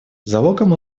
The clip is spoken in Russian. залогом